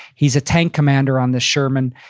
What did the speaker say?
he's a tank commander on this sherman,